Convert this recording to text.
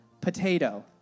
potato